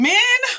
Men